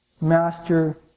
master